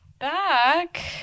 back